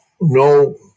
no